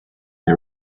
the